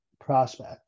prospect